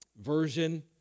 version